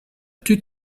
tue